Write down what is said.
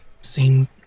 seen